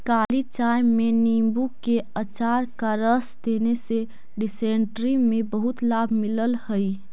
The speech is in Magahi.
काली चाय में नींबू के अचार का रस देने से डिसेंट्री में बहुत लाभ मिलल हई